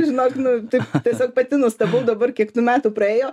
žinok nu taip tiesiog pati nustebau dabar kiek tų metų praėjo